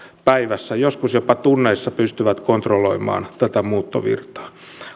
päivässä joskus jopa tunneissa pystyvät kontrolloimaan tätä muuttovirtaa